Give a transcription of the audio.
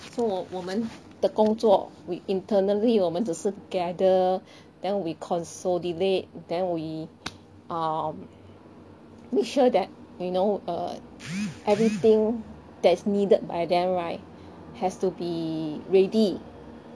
so 我我们的工作 we internally 我们只是 gather then we consolidate then we um make sure that we know err everything that is needed by them right has to be ready